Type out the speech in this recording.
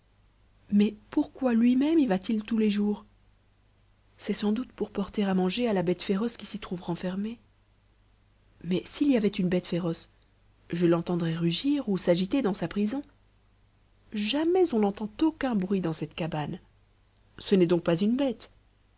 mais pourquoi lui-même y va-t-il tous les jours c'est sans doute pour porter à manger à la bête féroce qui s'y trouve renfermée mais s'il y avait une bête féroce je l'entendrais rugir ou s'agiter dans sa prison jamais on n'entend aucun bruit dans cette cabane ce n'est donc pas une bête